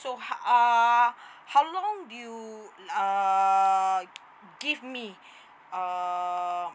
so h~ uh how long you err give me err